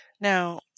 Now